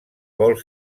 vol